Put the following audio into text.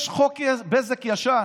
יש חוק בזק ישן,